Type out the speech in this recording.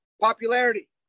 popularity